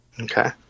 Okay